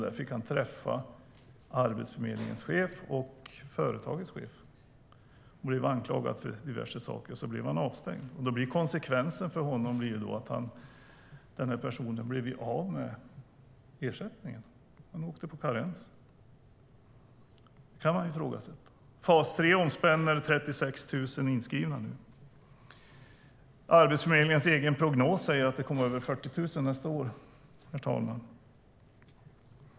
Där fick han träffa Arbetsförmedlingens chef och företagets chef. Han blev anklagad för diverse saker, och sedan blev han avstängd. Konsekvensen för personen blev att han blev av med ersättningen. Han åkte på karens, och det kan ifrågasättas. Fas 3 omspänner nu 36 000 inskrivna. Arbetsförmedlingens egen prognos säger att det kommer att bli över 40 000 nästa år, herr talman.